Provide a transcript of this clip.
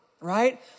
right